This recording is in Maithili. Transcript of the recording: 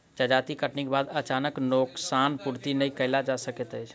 जजाति कटनीक बाद अनाजक नोकसान पूर्ति नै कयल जा सकैत अछि